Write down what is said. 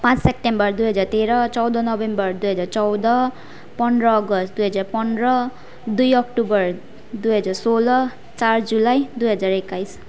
पाँच सेप्टेम्बर दुई हजार तेह्र चौध नोभेम्बर दुई हजार चौध पन्ध्र अगस्त दुई हजार पन्ध्र दुई अक्टोबर दुई हजार सोह्र चार जुलाई दुई हजार एक्काइस